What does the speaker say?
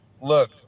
look